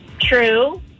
True